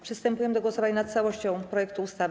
Przystępujemy do głosowania nad całością projektu ustawy.